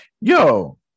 Yo